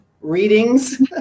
readings